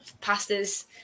pasta's